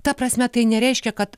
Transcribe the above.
ta prasme tai nereiškia kad